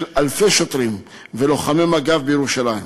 של אלפי שוטרים ולוחמי מג"ב, בירושלים,